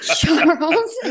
Charles